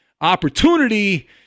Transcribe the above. opportunity